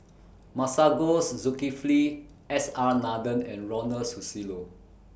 Masagos Zulkifli S R Nathan and Ronald Susilo